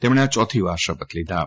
તેમણે આ ચોથીવાર શપથ લીધા છે